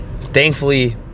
Thankfully